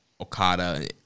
Okada